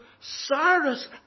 Cyrus